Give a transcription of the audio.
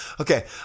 Okay